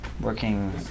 working